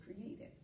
created